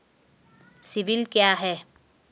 CIBIL क्या है?